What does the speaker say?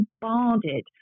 bombarded